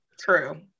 true